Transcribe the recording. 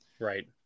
Right